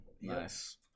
nice